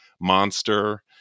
monster